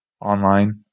online